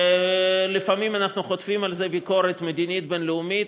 לפעמים אנחנו חוטפים על זה ביקורת מדינית בין-לאומית,